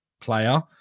player